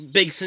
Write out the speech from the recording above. big